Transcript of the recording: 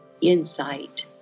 insight